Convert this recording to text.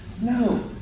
No